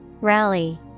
Rally